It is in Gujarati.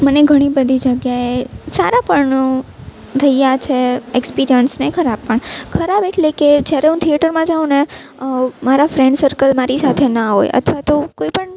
મને ઘણી બધી જગ્યાએ સારા પણ થઈ ગયા છે એક્સપિરિયન્સ ને ખરાબ પણ ખરાબ એટલે કે જ્યારે હું થિએટરમાં જાઉં ને મારા ફ્રેન્ડ સર્કલ મારી સાથે ન હોય અથવા તો કોઈ પણ